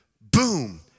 boom